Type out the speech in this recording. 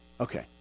Okay